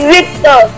Victor